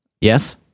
Yes